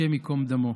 השם ייקום דמו,